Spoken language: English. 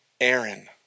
Aaron